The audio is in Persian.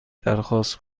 درخواست